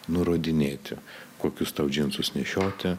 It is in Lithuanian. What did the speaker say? nurodinėti kokius džinsus nešioti